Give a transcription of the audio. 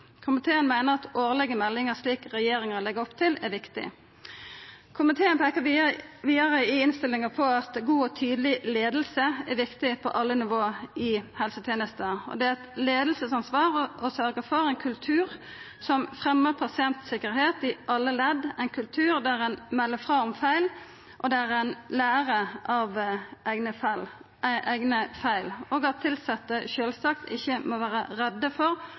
Komiteen meiner at årlege meldingar, slik regjeringa legg opp til, er viktig. Komiteen peiker vidare i innstillinga på at god og tydeleg leiing er viktig på alle nivå i helsetenesta, og det er eit leiaransvar å sørgja for ein kultur som fremjar pasientsikkerheit i alle ledd – ein kultur der ein melder frå om feil, der ein lærer av eigne feil, og der tilsette sjølvsagt ikkje må vera redde for